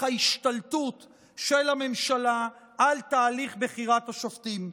ההשתלטות של הממשלה על תהליך בחירת השופטים.